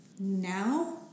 Now